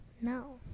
No